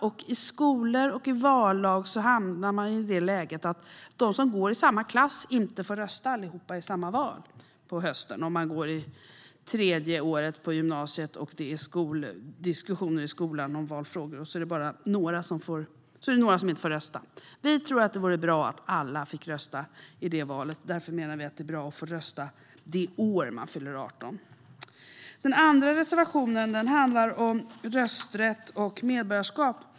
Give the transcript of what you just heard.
Som vallagen i dag är utformad hamnar man i läget att inte alla som går i samma klass får rösta i samma val på hösten. Om man går tredje året på gymnasiet och det är diskussioner i skolan om valfrågor är det några som inte får rösta. Vi tror att det vore bra om alla fick rösta i det valet. Därför menar vi att det är bra att få rösta det år man fyller 18. Den andra reservationen handlar om rösträtt och medborgarskap.